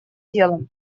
делом